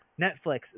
Netflix